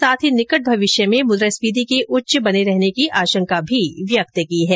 साथ ही निकट भविष्य में मुद्रास्फिति के उच्च बने रहने की आशंका भी व्यक्त की है